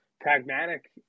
pragmatic